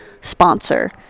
sponsor